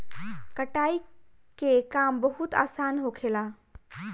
कटाई के काम बहुत आसान होखेला